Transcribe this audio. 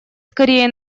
скорее